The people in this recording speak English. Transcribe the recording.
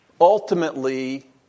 ultimately